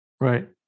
Right